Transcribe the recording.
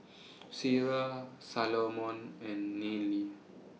Ciera Salomon and Nealie